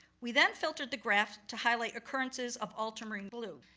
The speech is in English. we then filtered the graph to highlight occurrences of ultramarine blue,